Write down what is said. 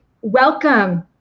welcome